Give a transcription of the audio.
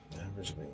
Average